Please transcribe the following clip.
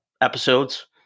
episodes